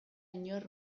inor